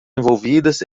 envolvidas